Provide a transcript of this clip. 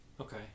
Okay